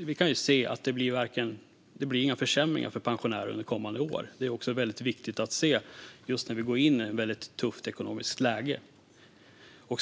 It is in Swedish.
vi kan se att det inte blir några försämringar för pensionärerna under kommande år. Det är också viktigt att se när vi går in i ett tufft ekonomiskt läge.